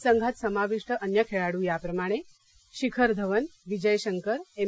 संघात समाविष्ट अन्य खेळाडू याप्रमाणे शिखर धवन विजय शंकर एम